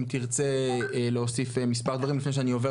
אם תרצה להוסיף מספר דברים לפני שאני עובר